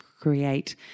create